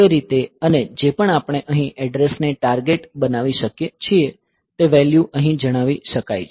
તે રીતે અને જે પણ આપણે અહીં એડ્રેસને ટાર્ગેટ બનાવી શકીએ છીએ તે વેલ્યૂ અહીં જણાવી શકાય છે